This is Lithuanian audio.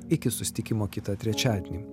iki susitikimo kitą trečiadienį